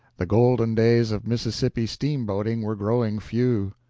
the golden days of mississippi steam-boating were growing few.